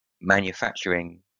manufacturing